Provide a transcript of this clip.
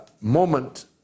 moment